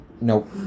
Nope